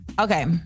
Okay